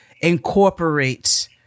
incorporate